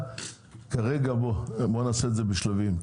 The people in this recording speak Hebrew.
בוא נעשה את זה בשלבים,